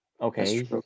Okay